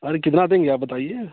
अरे कितना देंगे आप बताइए